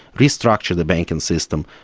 restructure the banking system,